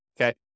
okay